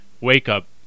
wake-up